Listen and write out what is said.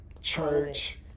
church